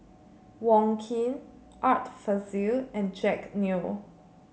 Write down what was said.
Wong Keen Art Fazil and Jack Neo